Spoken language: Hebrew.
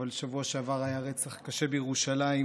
אבל בשבוע שעבר היה רצח קשה בירושלים,